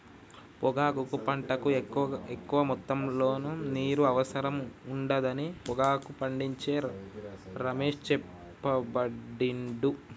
పొగాకు పంటకు ఎక్కువ మొత్తములో నీరు అవసరం ఉండదని పొగాకు పండించే రమేష్ చెప్పబట్టిండు